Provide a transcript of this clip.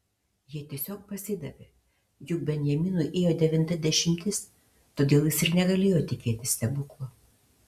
jie tiesiog pasidavė juk benjaminui ėjo devinta dešimtis todėl jis ir negalėjo tikėtis stebuklo